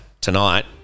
tonight